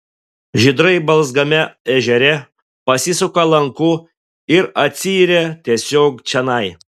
žydrai balzganame ežere pasisuka lanku ir atsiiria tiesiai čionai